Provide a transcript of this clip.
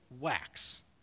wax